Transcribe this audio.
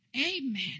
Amen